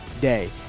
day